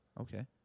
Okay